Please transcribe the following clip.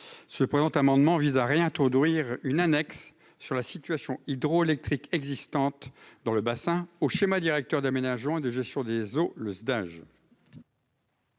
ce présent amendement vise à réintroduire une annexe sur la situation hydroélectriques existantes dans le bassin au schéma directeur d'aménagement et de gestion des eaux, le stage.